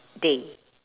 day